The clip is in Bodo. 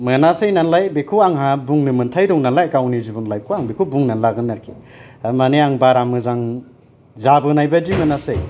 मोनासै नालाय बेखौ आंहा बुंनो मोनथाय दंनालाय गावनि जिबन लाइफ खौ आं बेखौ बुंनानै लादों आरोखि थारमाने आं बारा मोजां जाबोनायबादि मोनासै